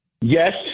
yes